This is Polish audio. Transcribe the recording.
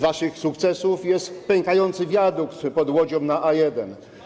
waszych sukcesów jest pękający wiadukt pod Łodzią na A1.